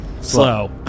Slow